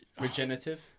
Regenerative